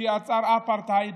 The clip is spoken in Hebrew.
שיצר אפרטהייד,